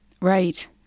Right